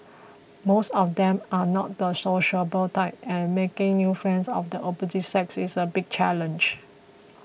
most of them are not the sociable type and making new friends of the opposite sex is a big challenge